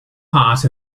part